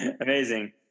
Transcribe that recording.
Amazing